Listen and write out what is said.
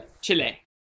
Chile